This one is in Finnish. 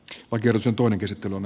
lakers on toinen käsittely on